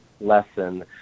lesson